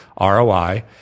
ROI